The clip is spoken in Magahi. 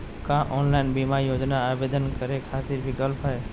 का ऑनलाइन बीमा योजना आवेदन करै खातिर विक्लप हई?